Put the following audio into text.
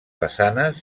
façanes